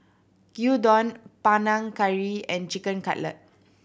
Gyudon Panang Curry and Chicken Cutlet